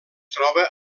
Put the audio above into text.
troba